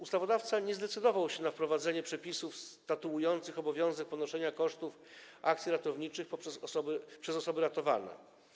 Ustawodawca nie zdecydował się na wprowadzenie przepisów statuujących obowiązek ponoszenia kosztów akcji ratowniczych przez osoby ratowane.